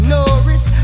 Norris